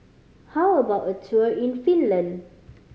how about a tour in Finland